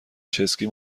چسکی